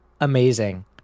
amazing